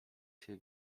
się